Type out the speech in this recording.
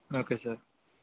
okay sir